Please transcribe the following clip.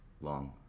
long